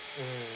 mm